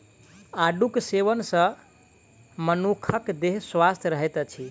आड़ूक सेवन सॅ मनुखक देह स्वस्थ रहैत अछि